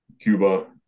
Cuba